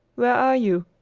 where are you?